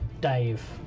Dave